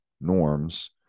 norms